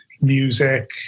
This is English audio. music